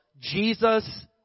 Jesus